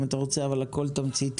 אם אתה רוצה הכול תמציתי,